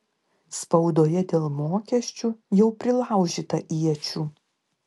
spaudoje dėl mokesčių jau prilaužyta iečių